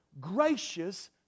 gracious